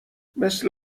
مثل